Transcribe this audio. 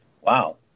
wow